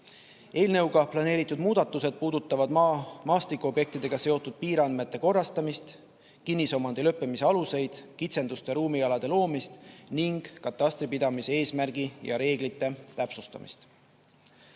Eelnõuga planeeritud muudatused puudutavad maastikuobjektidega seotud piiriandmete korrastamist, kinnisomandi lõppemise aluseid, kitsenduste ruumialade loomist ning katastripidamise eesmärgi ja reeglite täpsustamist.